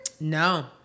No